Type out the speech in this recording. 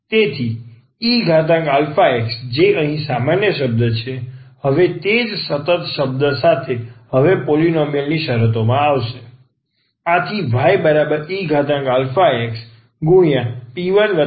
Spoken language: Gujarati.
તેથી eαx જે અહીં સામાન્ય શબ્દ હશે ફક્ત તે જ સતત શબ્દ સાથે હવે પોલીનોમિયલ ની શરતોમાં આવશે